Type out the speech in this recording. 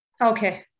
Okay